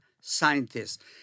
scientists